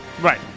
Right